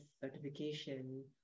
certification